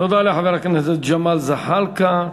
תודה לחבר הכנסת ג'מאל זחאלקה.